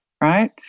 right